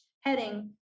heading